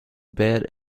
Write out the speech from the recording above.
bed